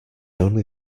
only